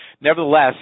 nevertheless